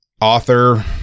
Author